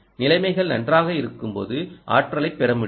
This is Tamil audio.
நிலைமைகள் நன்றாக இருக்கும்போது ஆற்றலைப் பெற முடியும்